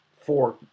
four